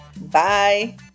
Bye